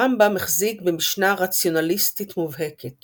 הרמב"ם החזיק במשנה רציונליסטית מובהקת